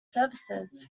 services